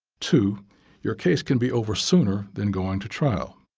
two your case can be over sooner than going to trial.